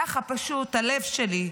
ככה, פשוט, הלב שלי,